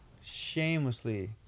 shamelessly